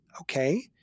Okay